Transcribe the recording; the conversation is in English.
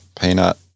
Peanut